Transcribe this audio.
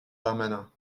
darmanin